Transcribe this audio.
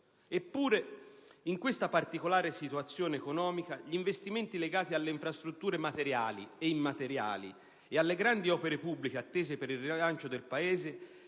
Eppure, in questa particolare situazione economica, gli investimenti legati alle infrastrutture materiali e immateriali e alle grandi opere pubbliche attese per il rilancio del Paese